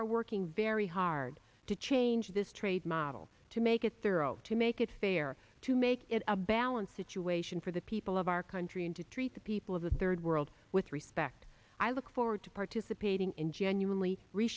are working very hard to change this trade model to make it thorough to make it fair to make it a balanced situation for the people of our country and to treat the people of the third world with respect i look forward to participating in genuinely